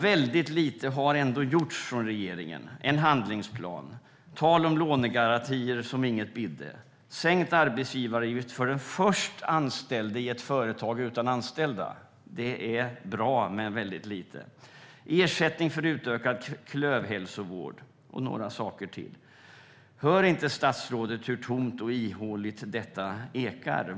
Väldigt lite har gjorts av regeringen. Man har kommit med en handlingsplan, tal om lånegarantier som inget bidde och sänkt arbetsgivaravgift för den först anställde i ett företag utan anställda. Det är bra men väldigt lite. Statsrådet nämner ersättning för utökad klövhälsovård och några andra saker. Hör inte statsrådet hur tomt och ihåligt detta ekar?